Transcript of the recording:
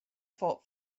fault